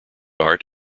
art